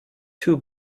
two